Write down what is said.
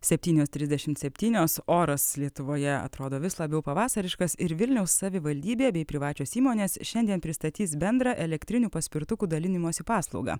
septynios trisdešimt septynios oras lietuvoje atrodo vis labiau pavasariškas ir vilniaus savivaldybė bei privačios įmonės šiandien pristatys bendrą elektrinių paspirtukų dalinimosi paslaugą